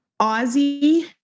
Ozzy